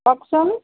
কওকচোন